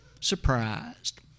surprised